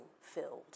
filled